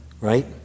right